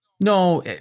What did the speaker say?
No